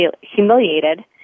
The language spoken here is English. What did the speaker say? humiliated